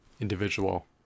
individual